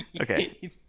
okay